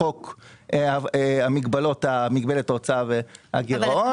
עם חוק מגבלת האוצר והגירעון וכולי.